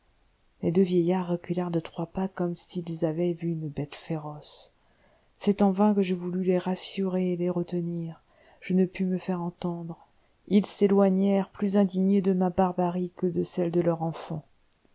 les deux vieillards reculèrent de trois pas comme s'ils avaient vu une bête féroce c'est en vain que je voulus les rassurer et les retenir je ne pus me faire entendre ils s'éloignèrent plus indignés de ma barbarie que de celle de leur enfant